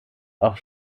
auch